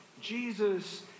Jesus